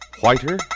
Whiter